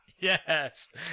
Yes